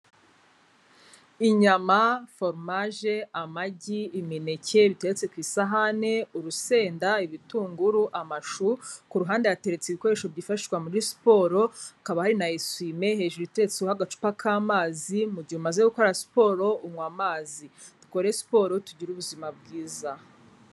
Inyama, foromaje, amagi, imineke, bitetse ku isahani, urusenda, ibitunguru, amashu, ku ruhande hateretse ibikoresho byifashishwa muri siporo, hakaba hari na eswime hejuru uteretseho agacupa k'amazi; mu gihe umaze gukora siporo unywa amazi. Dukore siporro, tugire ubuzima bwiza.